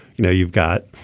you know you've got.